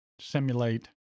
simulate